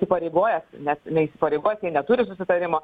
įpareigojęs net neįsipareigojęs jie neturi susitarimo